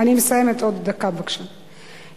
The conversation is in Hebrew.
אני מסיימת עוד דקה, בבקשה.